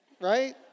right